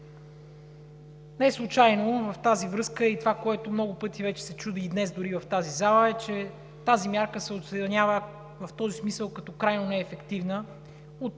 Неслучайно в тази връзка е и това, което много пъти вече се чу, и днес дори в тази зала, че тази мярка се оценява в този смисъл като крайно неефективна от